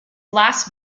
last